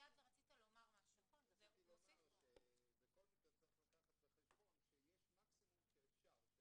רציתי לומר שבכל מקרה צריך לקחת בחשבון שיש מקסימום שאפשר.